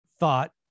thought